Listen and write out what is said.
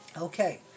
Okay